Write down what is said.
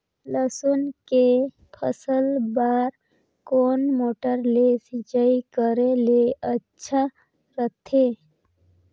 लसुन के फसल बार कोन मोटर ले सिंचाई करे ले अच्छा रथे?